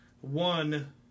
One